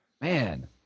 Man